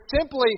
simply